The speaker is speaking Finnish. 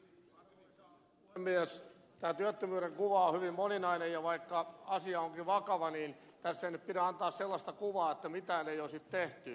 tämä työttömyyden kuva on hyvin moninainen ja vaikka asia onkin vakava niin tässä ei nyt pidä antaa sellaista kuvaa että mitään ei olisi tehty